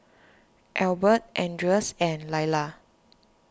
Albert Andres and Lyla